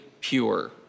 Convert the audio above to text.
pure